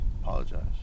apologize